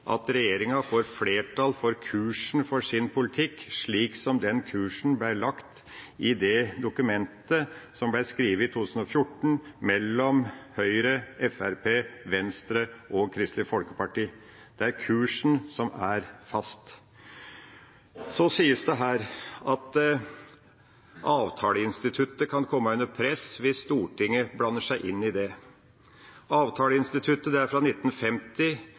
at regjeringa får flertall for kursen i sin politikk, slik den kursen ble lagt i dokumentet som ble skrevet i 2014 av Høyre, Fremskrittspartiet, Venstre og Kristelig Folkeparti. Det er kursen som er fast. Det sies her at avtaleinstituttet kan komme under press hvis Stortinget blander seg inn i det. Avtaleinstituttet er fra 1950,